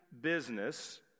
business